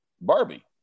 Barbie